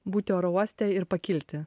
būti oro uoste ir pakilti